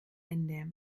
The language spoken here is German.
ende